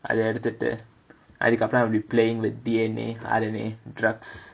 அத எடுத்துட்டு அதுக்கப்புறம்:adha eduthutu adhukkaapuram playing with D_N_A R_N_A drugs